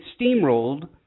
steamrolled